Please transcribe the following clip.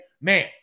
Man